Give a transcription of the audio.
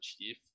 Chief